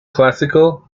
classical